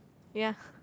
ya